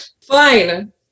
Fine